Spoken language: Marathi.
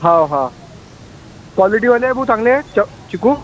हो हा क्वालिटीवाले आहे भाऊ चांगले आहे च् चिकू